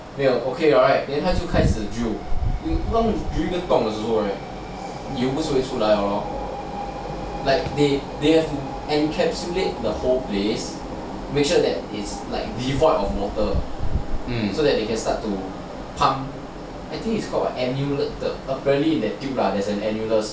没有 okay liao right then 他就开始 drill 他们在 drill 那个洞的时候 right 油不是会出来了 lor like they can encapsulate the whole place to make sure that it's devoured of water so that they can start to park I think it's called an ammulus apparently the tube lah they got an ammulus